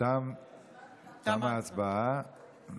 תמה ההצבעה.